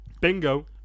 Bingo